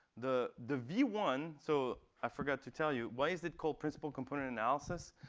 the the v one so i forgot to tell you why is that called principal component analysis?